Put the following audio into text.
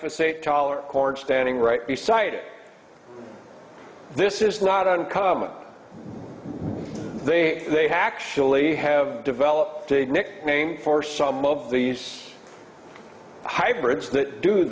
for say taller corn standing right beside it this is not uncommon they have actually have developed a nick name for some of these hybrids